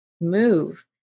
move